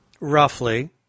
Roughly